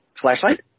Flashlight